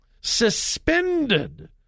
suspended